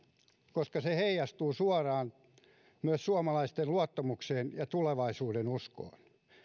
koska se heijastuu suoraan myös suomalaisten luottamukseen ja tulevaisuudenuskoon